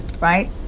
right